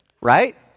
Right